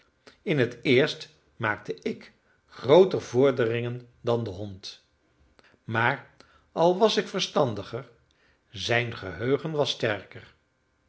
in het eerst maakte ik grooter vorderingen dan de hond maar al was ik verstandiger zijn geheugen was sterker